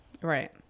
Right